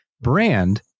brand